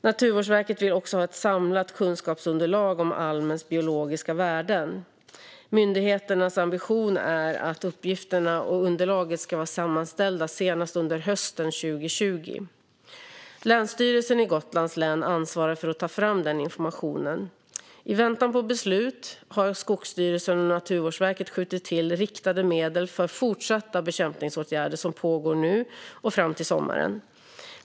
Naturvårdsverket vill också ha ett samlat kunskapsunderlag om almens biologiska värden. Myndigheternas ambition är att uppgifterna och underlaget ska vara sammanställda senast under hösten 2020. Länsstyrelsen i Gotlands län ansvarar för att ta fram denna information. I väntan på beslut har Skogsstyrelsen och Naturvårdsverket skjutit till riktade medel för fortsatta bekämpningsåtgärder som pågår nu och fram till sommaren.